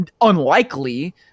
unlikely